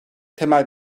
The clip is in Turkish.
temel